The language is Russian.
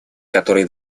которые